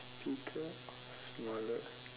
bigger or smaller